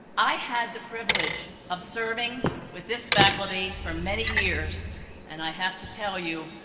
i had the privilege of serving with this faculty for many years and i have to tell you,